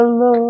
Lord